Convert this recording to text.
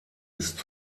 ist